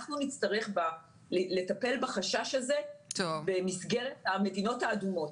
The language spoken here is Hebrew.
נצטרך לטפל בחשש הזה במסגרת המדינות האדומות,